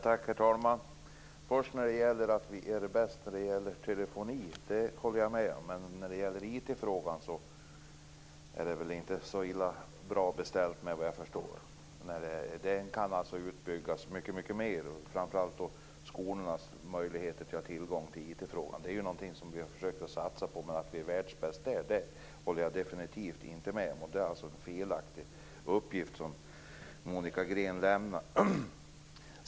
Herr talman! Vi i Sverige är bäst när det gäller telefoni - det håller jag med om. Men att vi skulle vara bäst när det gäller IT-frågor anser jag inte. Där är det inte så väl beställt. Det kan byggas ut mycket mer. Det gäller framför allt skolornas möjligheter och tillgång till IT. Detta är något vi har försökt att satsa på i Sverige, men jag håller definitivt inte med om att vi är världsbäst. Det är en felaktigt uppgift som Monica Green lämnar.